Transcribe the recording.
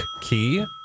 key